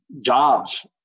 jobs